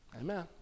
Amen